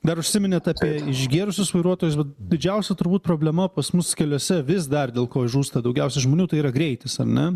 dar užsiminėt apie išgėrusius vairuotojus bet didžiausia turbūt problema pas mus keliuose vis dar dėl ko žūsta daugiausia žmonių tai yra greitis ar ne